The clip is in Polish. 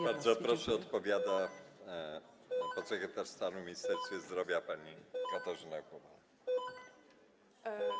Bardzo proszę, odpowiada podsekretarz stanu w Ministerstwie Zdrowia pani Katarzyna Głowala.